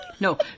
No